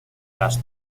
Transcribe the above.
las